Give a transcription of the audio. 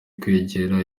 kwegera